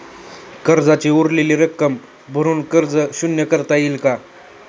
कर्जाची उरलेली रक्कम भरून कर्ज शून्य करता येईल का?